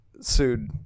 sued